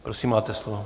Prosím, máte slovo.